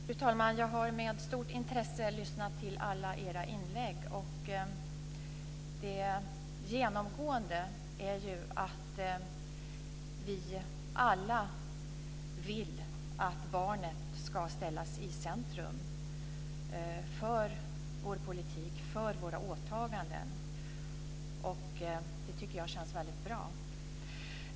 Fru talman! Jag har med stort intresse lyssnat till alla era inlägg. Genomgående är att vi alla vill att barnet ska ställas i centrum för vår politik och våra åtaganden. Det tycker jag känns väldigt bra.